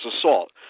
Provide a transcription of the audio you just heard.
assault